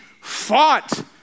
fought